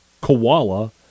koala